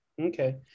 okay